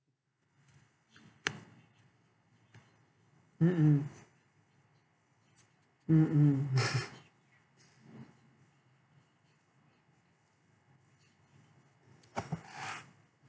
mm mm mm mm